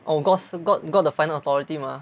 oh god 是 god got the final authority mah